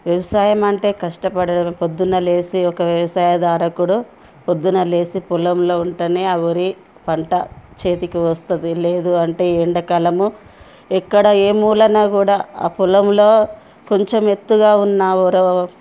వ్యవసాయం అంటే కష్టపడడం పొద్దున్న లేసి ఒక వ్యవసాయదారకుడు పొద్దున్న లేసి పొలంలో ఉంటేనే ఆ వరి పంట చేతికి వస్తుంది లేదు అంటే ఎండాకాలము ఎక్కడ ఏ మూలన కూడా ఆ పొలంలో కొంచెం ఎత్తుగా ఉన్న ఒర